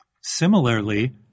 Similarly